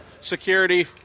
Security